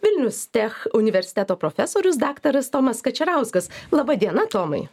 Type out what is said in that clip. vilnius tech universiteto profesorius daktaras tomas kačerauskas laba diena tomai